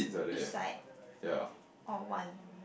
each side or or one